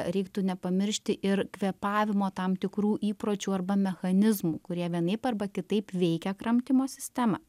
reiktų nepamiršti ir kvėpavimo tam tikrų įpročių arba mechanizmų kurie vienaip arba kitaip veikia kramtymo sistemą